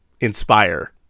inspire